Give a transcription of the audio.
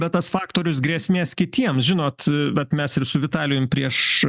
bet tas faktorius grėsmės kitiems žinot vat mes ir su vitalijum prieš